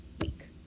week